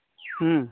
ᱦᱮᱸ